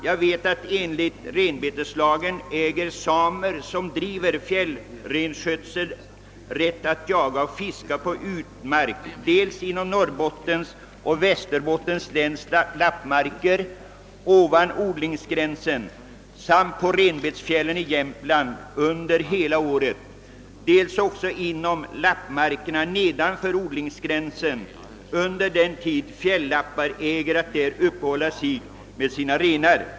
Jag vet att samer, som driver fjällrenskötsel, enligt renbetslagen äger rätt att jaga och fiska på utmark dels inom Norrbottens och Västerbottens läns lappmarker ovan odlingsgränsen samt på renbetesfjällen i Jämtland under hela året, dels också inom lappmarkerna nedanför odlingssränsen under den tid fjällappar äger att där uppehålla sig med sina renar.